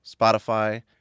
Spotify